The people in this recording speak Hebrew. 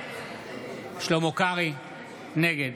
נגד